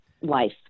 life